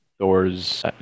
Thor's